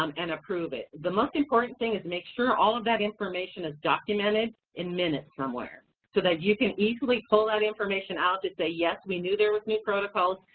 um and approve it. the most important thing is make sure all of that information is documented in minutes somewhere. so that you can easily pull that information out to say, yes, we knew there was new protocol,